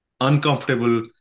uncomfortable